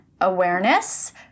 awareness